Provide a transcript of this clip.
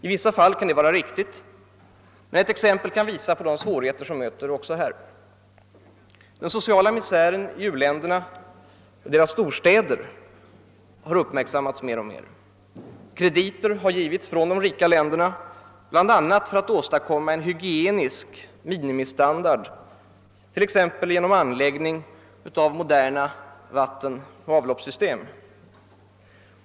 I vissa fall kan det vara riktigt, men ett exempel kan visa hur svårigheter möter också där. Den sociala misären i u-ländernas storstäder har uppmärksammats mer och mer. De rika länderna har givit krediter bl.a. för att åstadkomma en hygienisk minimistandard, t.ex. genom anläggande av moderna vattenoch avloppssystem.